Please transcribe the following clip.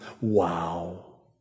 Wow